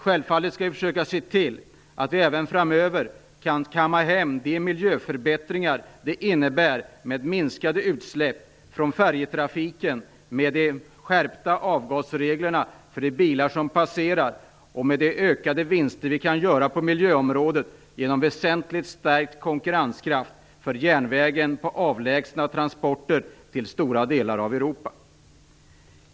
Självfallet måste vi försöka att se till att vi även framöver kan kamma hem de miljöförbättringar som minskade utsläpp från färjetrafiken, de skärpta avgasregler för de bilar som passerar och de ökade vinster som vi kan göra på miljöområdet innebär. Detta bidrar till väsentligt stärkt konkurrenskraft för järnvägen och transporter från avlägsna delar till stora delar av Europa.